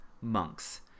monks